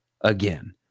again